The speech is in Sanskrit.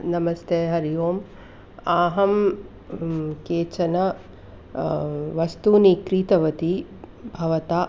नमस्ते हरिः ओम् अहं केचन वस्तूनि क्रीतवती भवता